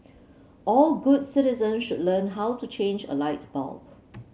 all good citizens should learn how to change a light bulb